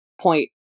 point